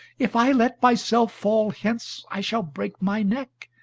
if i let myself fall hence, i shall break my neck,